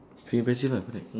impressive lah correct